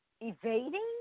evading